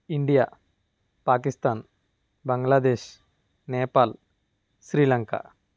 India Pakistan Bangladesh Nepal Sri Lanka